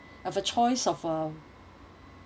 have a choice of uh